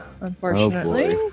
unfortunately